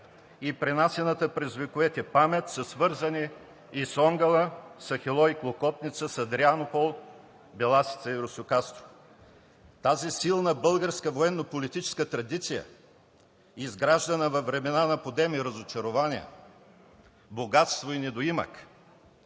и пренасяната през вековете памет са свързани и с Онгъла, с Ахелой и Клокотница, с Андрианопол, Беласица и Русокастро. Тази силна българска военнополитическа традиция, изграждана във времена на подем и разочарования, богатство и недоимък,